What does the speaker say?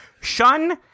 Shun